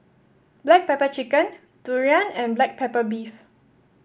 Black Pepper Chicken durian and Black Pepper Beef